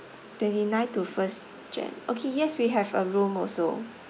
twenty nine to first jan okay yes we have a room also